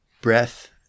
breath